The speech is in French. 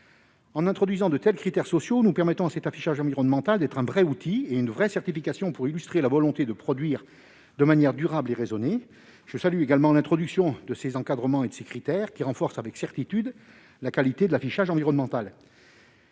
En introduisant de tels critères sociaux, nous faisons en sorte que cet affichage environnemental soit un vrai outil et une vraie certification illustrant la volonté de produire de manière durable et raisonnée. Je salue également l'introduction de règles et de critères qui renforcent, avec certitude, la qualité de l'affichage environnemental.